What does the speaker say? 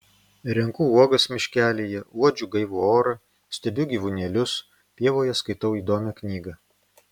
renku uogas miškelyje uodžiu gaivų orą stebiu gyvūnėlius pievoje skaitau įdomią knygą